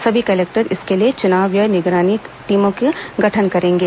सभी कलेक्टर इसके लिए चुनाव व्यय निगरानी टीमों का गठन करेंगे